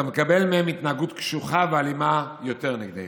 אתה מקבל מהם התנהגות קשוחה ואלימה יותר נגדנו.